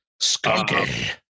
Skunky